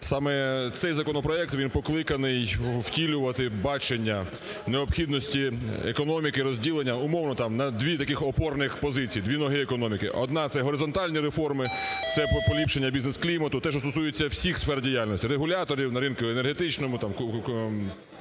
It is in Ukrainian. саме цей законопроект він покликаний втілювати бачення необхідності економіки розділення, умовно там, на дві таких опорних позиції, дві ноги економіки: одна – це горизонтальні реформи, це поліпшення бізнес-клімату, те, що стосується всіх сфер діяльності, регуляторів, на ринку енергетичному,